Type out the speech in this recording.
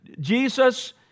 Jesus